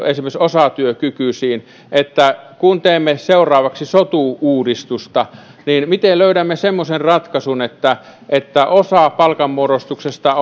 esimerkiksi osatyökykyisiin että kun teemme seuraavaksi sotu uudistusta niin miten löydämme semmoisen ratkaisun että että osa palkanmuodostuksesta